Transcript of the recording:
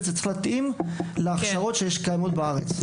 וזה צריך להתאים להכשרות שקיימות בארץ.